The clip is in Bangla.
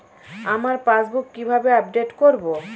আমার পাসবুক কিভাবে আপডেট করবো?